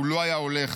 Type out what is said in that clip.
הוא לא היה הולך,